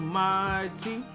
mighty